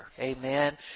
Amen